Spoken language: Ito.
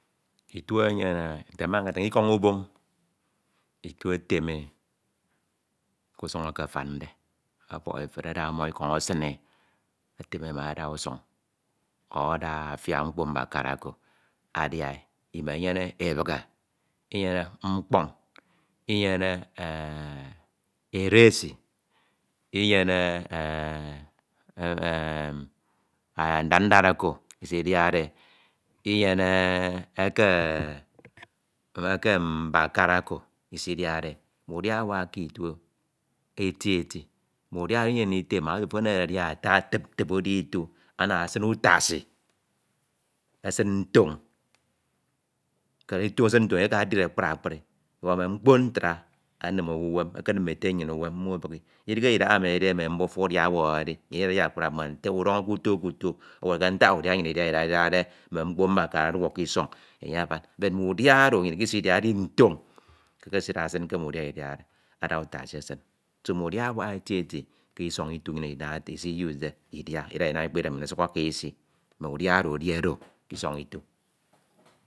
etu enyene, nte mma nkatatina, Ikọñ ubọñ, Itu etem ke usuñ eke afande, ọbọk efere ada mmoñ Ikọñ esin e etem e ana ada usuñ o aba afia mkpo mmakara oto adia e. Imenyene ebihihe, Inyene mkpọn Inyene edesi, Inyene e ndad ndad oko esidiade, Inyene eke, eke mnakara oko isidiade, udia awak k’itu eti eti mme udia oro unyem nditem e mak ofo edehede adia, ata tip- tip udia Itu ana ofo esin utasi, esin ntoñ keri Itudo eka edire akpri akpri, kọ mme mkpo ntra aka enim owu uwem, enim mme ete nnyin uwem, Idihe Idahaemi edide mme mmuta udia ọwọrọde edi Ini oro ndi akpri akpri, udọñọ k’uto k’uto ọwọrọ ke ntak emi edide mme mkpo mmakara eduọk k’ison enye afan but mme udia oro nnyin ikisi diade edi nfoñ ke ekiside esin ke mme udia idiade ada utasi esin so mme udia awak eti eti k’Isọñ Itu nnyin amade nte isi usede Idia Inam Ikpa Idem nte isi usede Idia Ida Inam Ikpa Idem nnyin osak aka isi, mme udia oro edi oro k’isoñ Itu